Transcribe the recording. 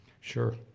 Sure